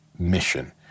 mission